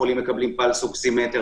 חולים מקבלים מדחומים,